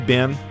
Ben